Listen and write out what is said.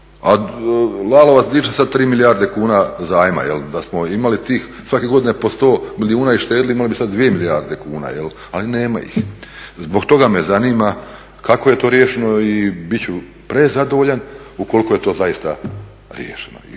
A Lalovac diže sad 3 milijarde kuna zajma. Da smo imali tih svake godine po 100 milijuna i štedili imali bi sad 2 milijarde kuna, ali nema ih. Zbog toga me zanima kako je to riješeno i bit ću prezadovoljan ukoliko je to zaista riješeno